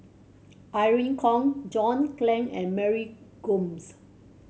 Irene Khong John Clang and Mary Gomes